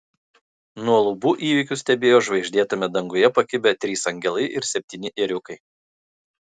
nuo lubų įvykius stebėjo žvaigždėtame danguje pakibę trys angelai ir septyni ėriukai